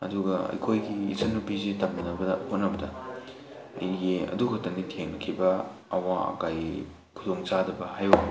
ꯑꯗꯨꯒ ꯑꯩꯈꯣꯏꯒꯤ ꯏꯆꯟ ꯅꯨꯄꯤꯁꯤ ꯇꯝꯅꯕ ꯍꯣꯠꯅꯕꯗ ꯑꯩꯒꯤ ꯑꯗꯨ ꯈꯛꯇꯅꯤ ꯊꯦꯡꯅꯈꯤꯕ ꯀꯩ ꯈꯨꯗꯣꯡ ꯆꯥꯗꯕ ꯍꯥꯏꯌꯨ